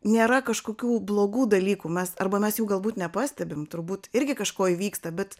nėra kažkokių blogų dalykų mes arba mes jų galbūt nepastebim turbūt irgi kažko įvyksta bet